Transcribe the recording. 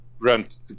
rent